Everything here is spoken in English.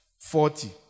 Forty